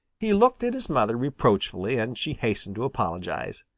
he looked at his mother reproachfully, and she hastened to apologize.